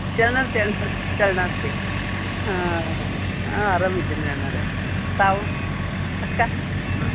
ಶರಣಾರ್ಥಿ ಅಣ್ಣ ಶರಣಾರ್ಥಿ ಆರಾಮ ಇದ್ದೀನಿ ಅಣ್ಣಾರೆ ತಾವು ಅಕ್ಕ ಹಾಂ